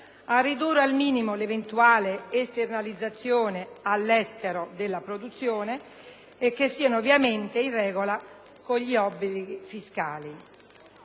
a ridurre al minimo l'eventuale esternalizzazione all'estero della produzione, e che siano, ovviamente, in regola con gli obblighi fiscali.